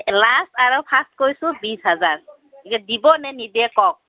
last আৰু first কৈছোঁ বিছ হাজাৰ দিব নে নিদিয়ে কওক